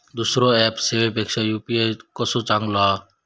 दुसरो ऍप सेवेपेक्षा यू.पी.आय कसो चांगलो हा?